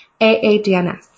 AADNS